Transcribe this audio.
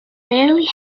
rarely